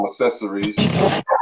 accessories